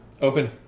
Open